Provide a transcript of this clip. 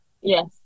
Yes